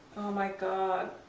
oh my god,